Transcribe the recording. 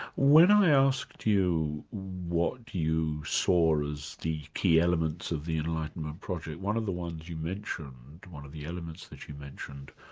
when i asked you what you saw as the key elements of the enlightenment project, one of the ones you mentioned, one of the elements that you mentioned,